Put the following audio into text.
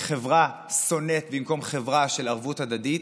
כחברה שונאת במקום חברה של ערבות הדדית,